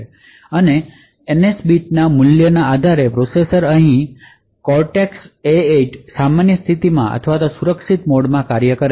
અને એનએસ બીટના મૂલ્યના આધારે પ્રોસેસર અહીં કોર્ટેક્સ A 8 સામાન્ય સ્થિતિમાં અથવા સુરક્ષિત મોડમાં કાર્ય કરે છે